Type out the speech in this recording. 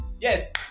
Yes